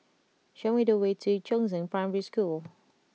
show me the way to Chongzheng Primary School